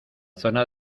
zona